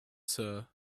sir